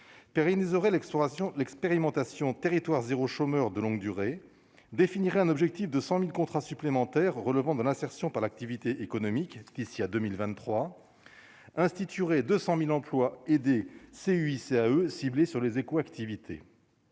l'exploration, l'expérimentation territoire zéro, chômeur de longue durée, définirait un objectif de 100000 contrats supplémentaires relevant de l'insertion par l'activité économique d'ici à 2023 instituerait 200000 emplois aidés CUI, CAE ciblée sur les éco-activités.